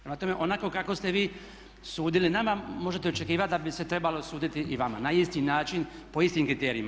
Prema tome onako kako ste vi sudili nama možete očekivati da bi se trebalo suditi i vama na isti način po istim kriterijima.